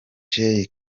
jay